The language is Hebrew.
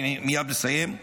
אני מייד מסיים.